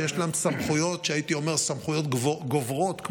סמכויות גוברות,